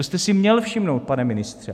To jste si měl všimnout, pane ministře!